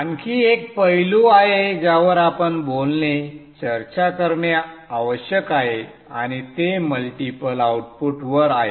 आणखी एक पैलू आहे ज्यावर आपण बोलणे चर्चा करणे आवश्यक आहे आणि ते मल्टिपल आउटपुटवर आहे